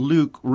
Luke